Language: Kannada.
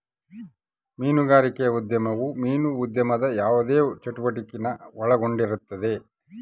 ಮೀನುಗಾರಿಕೆ ಉದ್ಯಮವು ಮೀನು ಉದ್ಯಮದ ಯಾವುದೇ ಚಟುವಟಿಕೆನ ಒಳಗೊಂಡಿರುತ್ತದೆ